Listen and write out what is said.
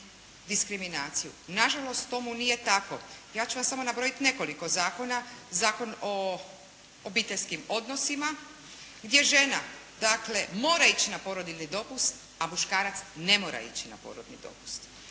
diskriminaciju. Nažalost tomu nije tako. Ja ću vam samo nabrojiti nekoliko zakona. Zakon o obiteljskim odnosima gdje žena dakle mora ići na porodiljni dopust, a muškarac ne mora ići na porodiljni dopust.